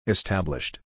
Established